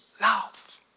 love